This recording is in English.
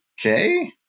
okay